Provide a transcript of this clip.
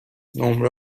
نمره